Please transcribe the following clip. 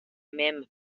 mim